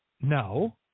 no